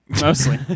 mostly